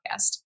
podcast